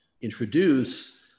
introduce